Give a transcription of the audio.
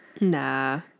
Nah